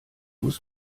muss